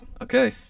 Okay